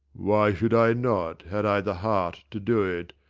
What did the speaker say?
why should i not, had i the heart to do it,